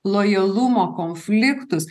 lojalumo konfliktus